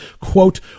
quote